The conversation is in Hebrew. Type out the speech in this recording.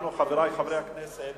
אנחנו, חברי חברי הכנסת